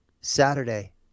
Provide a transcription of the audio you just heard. Saturday